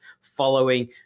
following